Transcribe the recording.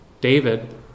David